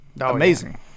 amazing